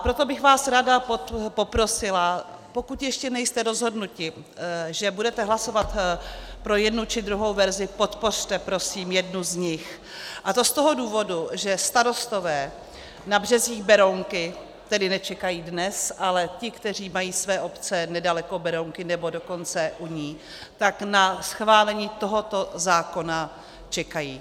Proto bych vás ráda poprosila, pokud ještě nejste rozhodnuti, že budete hlasovat pro jednu či druhou verzi, podpořte prosím jednu z nich, a to z toho důvodu, že starostové na březích Berounky, tedy nečekají dnes, ale ti, kteří mají své obce nedaleko Berounky, nebo dokonce u ní, tak na schválení tohoto zákona čekají.